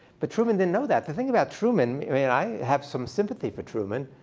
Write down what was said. but truman didn't know that. the thing about truman i mean i have some sympathy for truman,